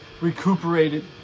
recuperated